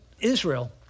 Israel